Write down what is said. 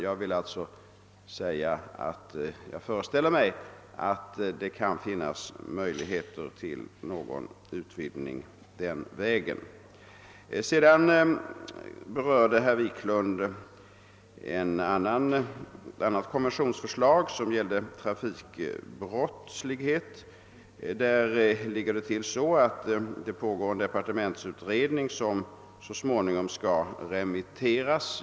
Jag föreställer mig alltså att det på det sättet kan finnas möjligheter till en viss utvidgning. Sedan berörde herr Wiklund ett annat konventionsförslag, som gällde trafikbrottslighet. Därvidlag ligger det till så, att det pågår en departementsutredning som så småningom skall remitteras.